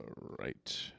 Right